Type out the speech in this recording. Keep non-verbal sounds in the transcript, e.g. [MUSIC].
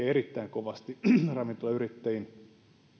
[UNINTELLIGIBLE] erittäin kovasti ravintolayrittäjiin